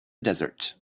desert